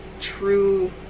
true